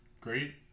great